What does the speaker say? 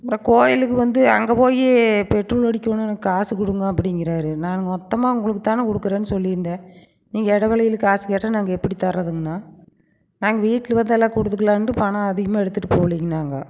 அப்றம் கோவிலுக்கு வந்து அங்கே போய் பெட்ரோல் அடிக்கணும் எனக்கு காசு கொடுங்க அப்படிங்கிறாரு நான் மொத்தமாக உங்களுக்குதான கொடுக்குறேன்னு சொல்லியிருந்தேன் நீங்கள் இடைவெளில காசு கேட்டால் நாங்கள் எப்படி தரதுங்கணா நாங்க வீட்டில் வந்தலாம் குடுத்துக்கலான்ட்டு பணம் அதிகமாக எடுத்துட்டு போகலிங்ண்ணா அங்கே